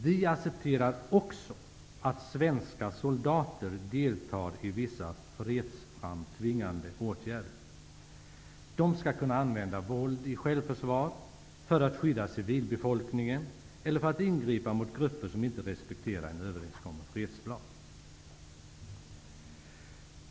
Vi accepterar också att svenska soldater deltar i vissa fredsframtvingande åtgärder. De skall kunna använda våld i självförsvar, för att skydda civilbefolkningen och för att ingripa mot grupper som inte respekterar en överenskommen fredsplan.